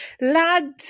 Lad